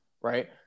right